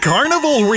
Carnival